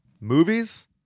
Movies